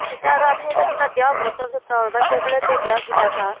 এতিয়া আৰু আপুনি এতিয়া কিবা দিয়ক বটল চতল বা টেবলেটে দিয়ক কিবা এটা